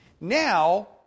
Now